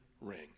ring